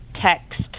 text